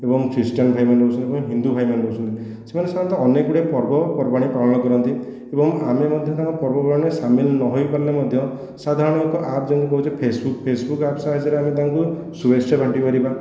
ଏବଂ ଖ୍ରୀଷ୍ଟିଆନ ଭାଇମାନେ ରହୁଛନ୍ତି ଏବଂ ହିନ୍ଦୁ ଭାଇମାନେ ରହୁଛନ୍ତି ସେମାନେ ସେମାନେ ତ ଅନେକ ଗୁଡ଼ିଏ ପର୍ବପର୍ବାଣି ପାଳନ କରନ୍ତି ଏବଂ ଆମେ ମଧ୍ୟ ତାଙ୍କ ପର୍ବପର୍ବାଣୀରେ ସାମିଲ ନହୋଇପାରିଲେ ମଧ୍ୟ ସାଧାରଣତଃ ଆପ୍ ଯେମିତି କହୁଛେ ଫେସବୁକ ଫେସବୁକ ଆପ୍ ସାହାଯ୍ୟରେ ଆମେ ତାଙ୍କୁ ଶୁଭେଚ୍ଛା ବାଣ୍ଟିପାରିବା